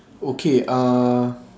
okay uh